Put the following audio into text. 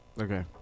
Okay